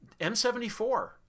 m74